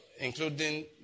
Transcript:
Including